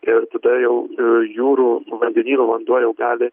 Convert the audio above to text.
ir tada jau jūrų vandenynų vanduo jau gali